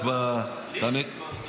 צריך להגיד את השם שלו על איך שהוא מעז לדבר.